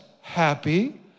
happy